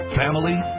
family